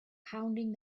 pounding